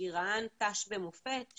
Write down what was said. שהיא ראש ענף תנאי שירות במוקד השכר והכספים,